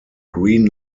green